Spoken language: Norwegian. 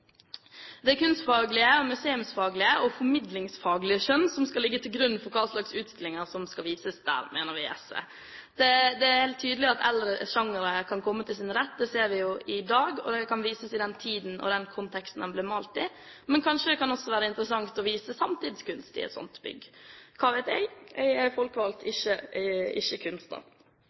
er kunstfaglige, museumsfaglige og formidlingsfaglige skjønn som skal ligge til grunn for hva slags utstillinger som skal vises der, mener vi i SV. Det er helt tydelig at eldre sjangre kan komme til sin rett – det ser vi jo i dag – og kan vises i den tiden og i den konteksten de ble malt. Men kanskje kan det også være interessant å vise samtidskunst i et sånt bygg, hva vet jeg? Jeg er folkevalgt, ikke